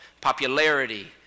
popularity